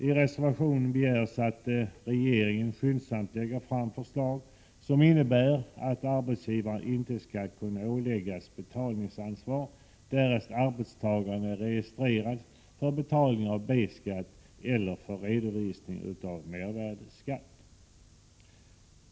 I reservationen begärs att regeringen skyndsamt lägger fram förslag, som innebär att arbetsgivaren inte skall kunna åläggas betalningsansvar, därest arbetstagaren är registrerad för betalning av B-skatt eller för redovisning av mervärdeskatt.